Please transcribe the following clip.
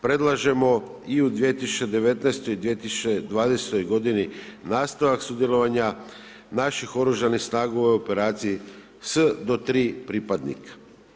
Predlažemo i u 2019.g. i u 2020.g. nastavak sudjelovanja naših oružanih snaga u operaciji s do 3 pripadnika.